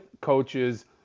coaches